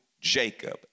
Jacob